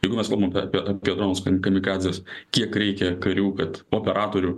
jeigu mes kalbam apie apie dronus kami kamikadzės kiek reikia karių kad operatorių